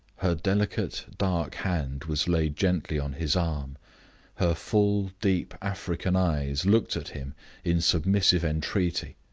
her delicate dark hand was laid gently on his arm her full deep african eyes looked at him in submissive entreaty.